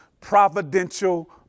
providential